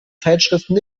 zeitschriften